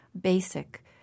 basic